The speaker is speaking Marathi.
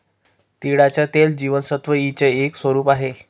तिळाचं तेल जीवनसत्व ई च एक स्वरूप आहे